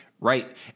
Right